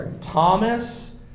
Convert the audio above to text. Thomas